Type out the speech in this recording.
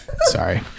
Sorry